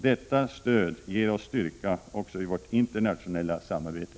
Detta stöd ger oss styrka också i vårt internationella samarbete.